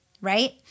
right